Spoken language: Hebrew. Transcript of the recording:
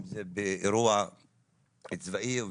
אם זה באירוע צבאי,